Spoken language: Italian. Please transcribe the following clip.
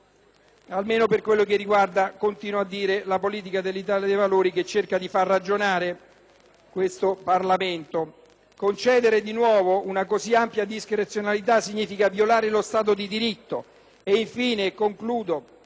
almeno per quello che riguarda - continuo a dire - la politica dell'Italia dei Valori, che cerca di far ragionare il Parlamento. Concedere di nuovo una così ampia discrezionalità significa violare lo Stato di diritto.